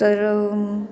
तर